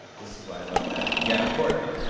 this is why i love magic. yeah, of course, not.